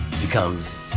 becomes